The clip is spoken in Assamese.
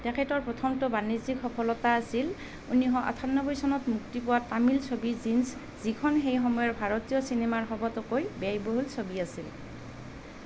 তেখেতৰ প্ৰথমটো বাণিজ্যিক সফলতা আছিল ঊনৈছশ আঠান্নবৈ চনত মুক্তি পোৱা টামিল ছবি জীন্ছ যিখন সেই সময়ৰ ভাৰতীয় চিনেমাৰ সবাতোকৈ ব্যয়বহুল ছবি আছিল